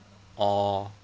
oh